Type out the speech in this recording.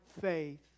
faith